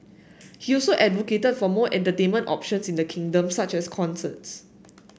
he also advocated for more entertainment options in the kingdom such as concerts